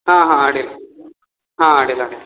ಹಾಂ ಹಾಂ ಅಡ್ಡಿಲ್ಲ ಹಾಂ ಅಡ್ಡಿಲ್ಲ ಅಡ್ಡಿಲ್ಲ